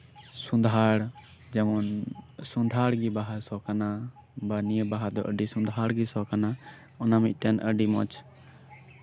ᱥᱚᱸᱫᱷᱟᱲ ᱡᱮᱢᱚᱱ ᱥᱚᱫᱷᱟᱲ ᱜᱮ ᱵᱟᱦᱟ ᱥᱚ ᱥᱚ ᱠᱟᱱᱟ ᱵᱟ ᱱᱤᱭᱟᱹ ᱵᱟᱦᱟ ᱫᱚ ᱟᱹᱰᱤ ᱥᱚᱫᱷᱟᱲ ᱜᱮ ᱥᱚ ᱠᱟᱱᱟ ᱚᱱᱟ ᱢᱤᱫᱴᱮᱱ ᱟᱹᱰᱤ ᱢᱚᱸᱡ